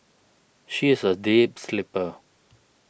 she is a deep sleeper